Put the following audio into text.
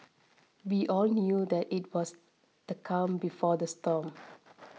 we all knew that it was the calm before the storm